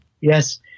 Yes